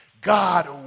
God